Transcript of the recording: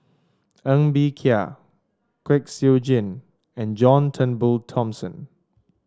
Ng Bee Kia Kwek Siew Jin and John Turnbull Thomson